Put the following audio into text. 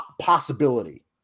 possibility